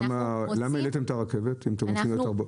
אז למה העליתם את מחיר הנסיעה ברכבת אם אתם רוצים לעודד?